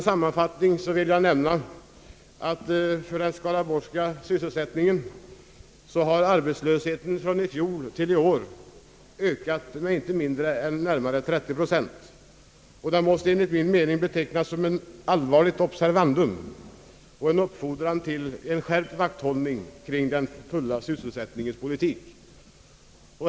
Sammanfattningsvis vill jag nämna att arbetslösheten i Skaraborgs län ökat från förra året till i år med inte mindre än närmare 30 procent och det måste enligt min mening betecknas som ett allvarligt observandum och en uppford ran till skärpt vakthållning kring den fulla sysselsättningens politik.